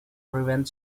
prevent